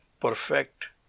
perfect